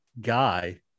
guy